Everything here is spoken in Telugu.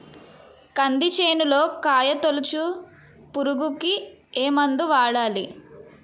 కంది చేనులో కాయతోలుచు పురుగుకి ఏ మందు వాడాలి?